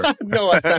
no